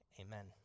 Amen